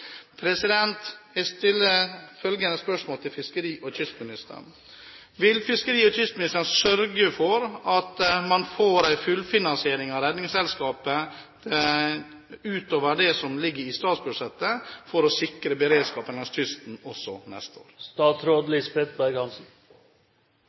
Jeg stiller følgende spørsmål til fiskeri- og kystministeren: Vil fiskeri- og kystministeren sørge for at man får en fullfinansiering av Redningsselskapet utover det som ligger i statsbudsjettet, for å sikre beredskapen langs kysten også neste år?